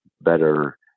better